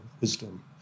Wisdom